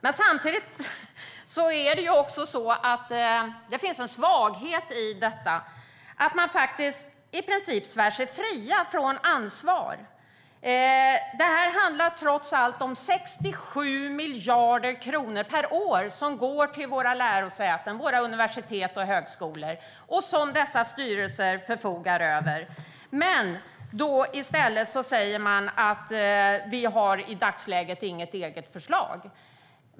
Men samtidigt finns det en svaghet i detta att de i princip svär sig fria från ansvar. Det handlar trots allt om 67 miljarder kronor per år som går till våra lärosäten, våra universitet och högskolor, som dessa styrelser förfogar över. I stället säger de: Vi har i dagsläget inget eget förslag.